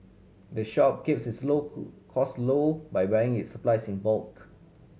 the shop keeps its cost low by buying its supplies in bulk